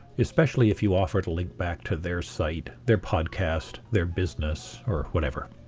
especially if you offer to link back to their site, their podcast, their business, or whatever.